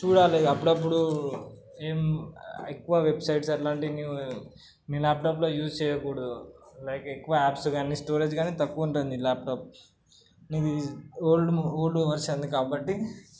చూడాలి అప్పుడప్పుడు ఏం ఎక్కువ వెబ్సైట్స్ అలాంటివి నీ ల్యాప్టాప్లో యూస్ చేయకూడదు లైక్ ఎక్కువ యాప్స్ కానీ స్టోరేజ్ కానీ తక్కువ ఉంటుంది నీ ల్యాప్టాప్ నీది ఓల్డ్ ఓల్డ్ వెర్షన్ది కాబట్టి